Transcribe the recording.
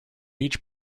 each